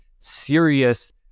serious